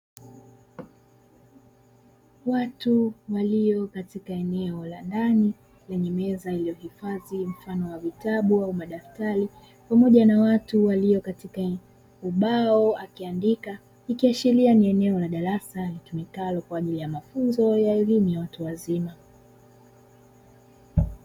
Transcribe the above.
Watu walio katika eneo la ndani lenye meza iliyohifadhi mfano wa vitabu au madaftari, pamoja na watu walio katika ubao akiandika, ikiashiria ni eneo la darasa litumikalo kwa ajili mafunzo ya elimu ya watu wazima.